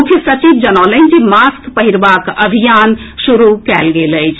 मुख्य सचिव जनौलनि जे मास्क पहिरबाक अभियान शुरू कयल गेल अछि